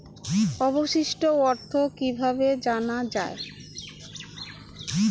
অবশিষ্ট অর্থ কিভাবে জানা হয়?